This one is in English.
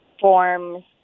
forms